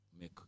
make